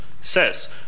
says